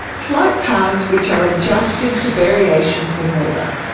flight paths which are adjusted to variations in weather.